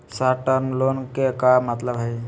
Short term loan के का मतलब हई?